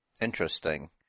Interesting